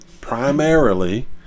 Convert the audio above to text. primarily